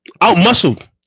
Out-muscled